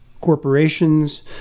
corporations